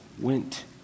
went